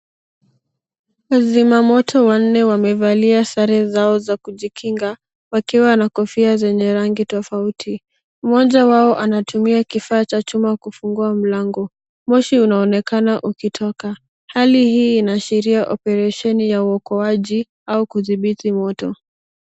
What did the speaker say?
Wazima moto wanne wamevalia sare zao za kujikinga wakiwa na kofia zenye rangi tofauti. Mmoja wao anatumia kifaa cha chuma kufungua mlango. Moshi unaonekana ukitoka. Hali hii inaashiria operesheni ya uokoaji au kudhibiti moto.